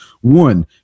One